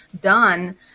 done